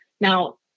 Now